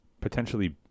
potentially